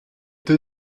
deux